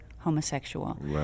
homosexual